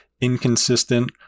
inconsistent